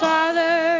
Father